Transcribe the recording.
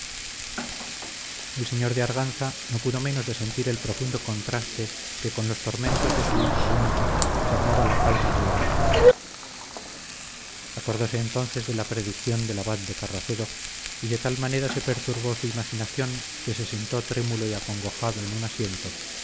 el señor de arganza no pudo menos de sentir el profundo contraste que con los tormentos de su hija única formaba la calma de la naturaleza acordóse entonces de la predicción del abad de carracedo y de tal manera se perturbó su imaginación que se sentó trémulo y acongojado en un asiento